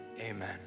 Amen